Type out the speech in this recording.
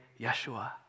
Yeshua